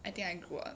I think I grew up